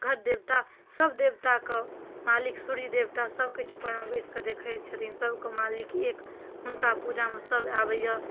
घर देवता सब देवता कऽ मालिक सूर्य देवता सबकिछु ऊपरमे बैस कऽ देखैत छथिन सबके मालिक एक हुनका पूजामे सब आबैए